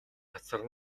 хацар